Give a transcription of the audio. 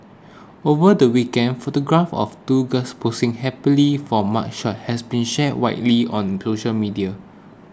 over the weekend photographs of two girls posing happily for mugshots have been shared widely on social media